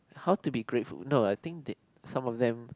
how to be grateful no I think that some of them